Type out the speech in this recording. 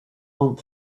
want